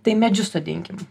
tai medžius sodinkim